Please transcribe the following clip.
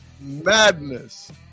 Madness